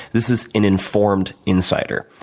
this is an informed insider,